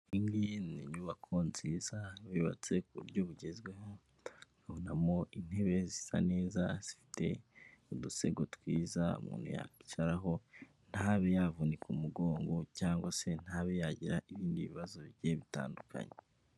Iyi n’inyubako nziza yubatse ku buryo bugezweho, ubonamo intebe zisa neza n’udusego twiza umuntu yacaraho ntabe yavunika umugongo, cyangwa se ntabe yagira ibindi bibazo bigiye bitandukanye.